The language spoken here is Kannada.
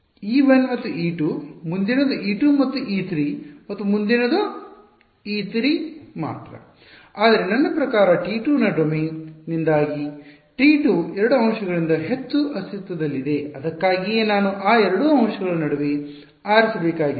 e1 ಮತ್ತು e2 ಮುಂದಿನದು e2 ಮತ್ತು e3 ಮತ್ತು ಮುಂದಿನದು e3 ಮಾತ್ರ ಆದರೆ ನನ್ನ ಪ್ರಕಾರ T2 ನ ಡೊಮೇನ್ನಿಂದಾಗಿ T2 2 ಅಂಶಗಳಿಗಿಂತ ಹೆಚ್ಚು ಅಸ್ತಿತ್ವದಲ್ಲಿದೆ ಅದಕ್ಕಾಗಿಯೇ ನಾನು ಆ ಎರಡು ಅಂಶಗಳ ನಡುವೆ ಆರಿಸಬೇಕಾಗಿತ್ತು